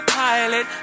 pilot